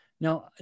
Now